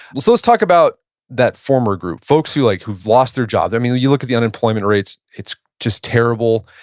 well, so let's talk about that former group, folks like who've lost their jobs. um you you look at the unemployment rates, it's just terrible.